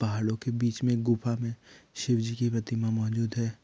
पहाड़ों के बीच में गुफा में शिवजी की प्रतिमा मौजूद है